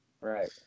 Right